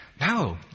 no